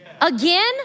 Again